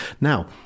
Now